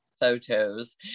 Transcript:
photos